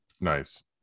Nice